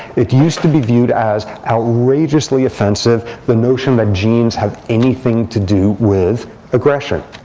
it used to be viewed as outrageously offensive, the notion that genes have anything to do with aggression.